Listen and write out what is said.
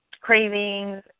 cravings